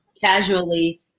casually